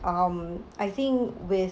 um I think with